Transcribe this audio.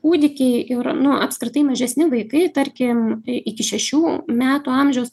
kūdikį ir nu apskritai mažesni vaikai tarkim iki šešių metų amžiaus